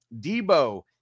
Debo